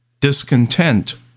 discontent